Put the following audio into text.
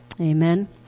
Amen